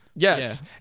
Yes